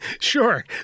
Sure